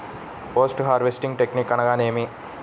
Post harvesting technique అనగా నేమి?